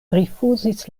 rifuzis